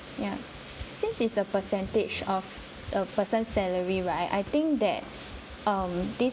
ya since it's a percentage of a person's salary right I think that um this